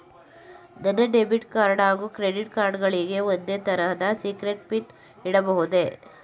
ನನ್ನ ಡೆಬಿಟ್ ಹಾಗೂ credit card ಗಳಿಗೆ ಒಂದೇ ತರಹದ ಸೀಕ್ರೇಟ್ ಪಿನ್ ಇಡಬಹುದೇ?